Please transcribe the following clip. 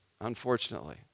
unfortunately